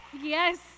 Yes